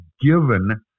given